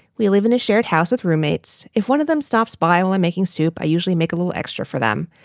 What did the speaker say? we live in a shared house with roommates. if one of them stops by all at and making soup, i usually make a little extra for them.